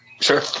Sure